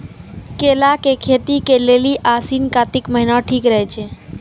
केला के खेती के लेली आसिन कातिक महीना ठीक रहै छै